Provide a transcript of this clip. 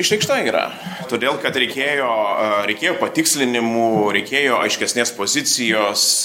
išreikšta yra todėl kad reikėjo reikėjo patikslinimų reikėjo aiškesnės pozicijos